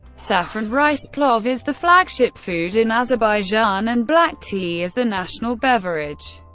saffron-rice plov is the flagship food in azerbaijan and black tea is the national beverage.